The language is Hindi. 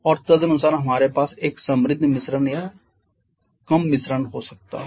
और तदनुसार हमारे पास एक समृद्ध मिश्रण या दुबला मिश्रण हो सकता है